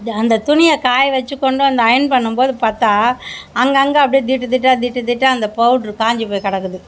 அது அந்த துணியை காய வச்சு கொண்டு வந்து அயன் பண்ணும்போது பார்த்தா அங்கங்கே அப்படியே திட்டு திட்டு திட்டு திட்டாக அந்த பவுடர் காய்ஞ்சி போய் கிடக்குது